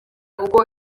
uko